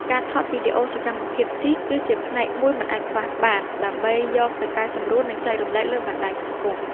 ការថតវីដេអូសកម្មភាពជិះ គឺជាផ្នែកមួយមិនអាចខ្វះបាន ដើម្បីយកទៅកែសម្រួល និងចែករំលែកលើបណ្ដាញសង្គម។